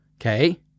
okay